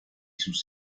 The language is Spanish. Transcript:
sus